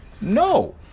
No